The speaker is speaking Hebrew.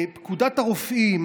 פקודת הרופאים